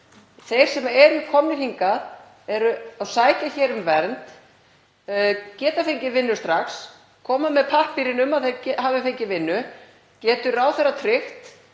Þeir sem eru komnir hingað og sækja hér um vernd, geta fengið vinnu strax, koma með pappírinn um að þeir hafi fengið vinnu — getur ráðherra tryggt